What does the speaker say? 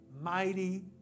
mighty